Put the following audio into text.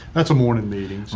that's a morning meeting.